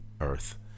earth